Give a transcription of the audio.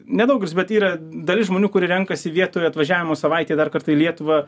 nedaugelis bet yra dalis žmonių kurie renkasi vietoj atvažiavimo savaitę dar kartą į lietuvą